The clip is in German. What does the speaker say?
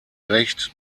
recht